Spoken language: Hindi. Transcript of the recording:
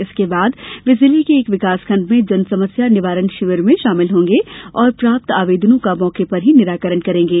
इसके बाद वे जिले के एक विकासखंड में जन समस्या निवारण शिविर में शामिल होंगे और प्राप्त आवेदनों का मौके पर ही निराकरण करेंगे